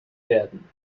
werden